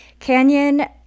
Canyon